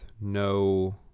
No